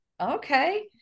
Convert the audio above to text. Okay